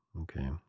okay